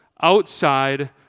outside